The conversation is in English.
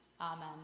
Amen